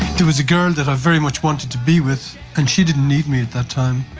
there was a girl that i very much wanted to be with and she didn't need me at that time.